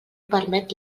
permet